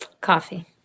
Coffee